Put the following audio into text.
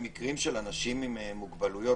במקרים של אנשים עם מוגבלויות,